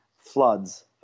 floods